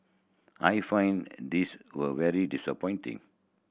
I find this will very disappointing